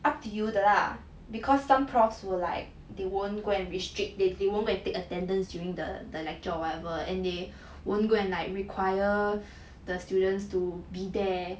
up to you the lah because some prof will like they won't go and restrict they they won't go and take attendance during the the lecture or whatever and they won't go and like require the students to be there